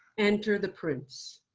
enter the prince.